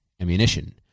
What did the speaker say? ammunition